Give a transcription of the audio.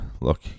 look